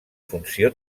funció